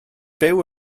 byw